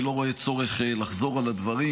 אני לא רואה צורך לחזור על הדברים.